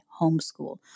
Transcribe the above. homeschool